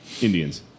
Indians